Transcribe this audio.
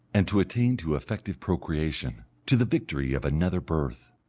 and to attain to effective procreation, to the victory of another birth.